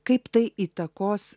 kaip tai įtakos